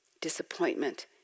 disappointment